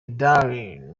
darling